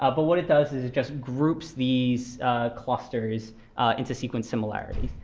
ah but what it does is it just groups these clusters into sequence similarity.